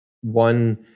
One